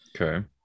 Okay